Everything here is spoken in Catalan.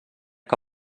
que